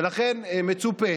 ולכן, מצופה